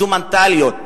זו מנטליות.